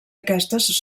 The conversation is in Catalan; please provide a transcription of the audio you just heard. aquestes